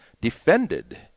defended